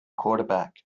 quarterback